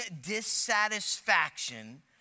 dissatisfaction